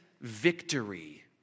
victory